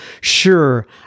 Sure